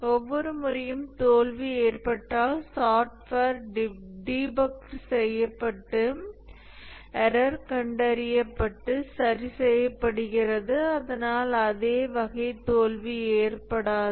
ஒவ்வொரு முறையும் தோல்வி ஏற்பட்டால் சாஃப்ட்வேர் டிபக்ஃட் செய்யப்பட்டு எரர் கண்டறியப்பட்டு சரி செய்யப்படுகிறது அதனால் அதே வகை தோல்வி ஏற்படாது